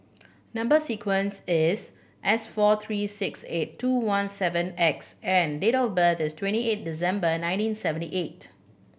number sequence is S four three six eight two one seven X and date of birth is twenty eighth December nineteen seventy eight